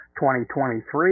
2023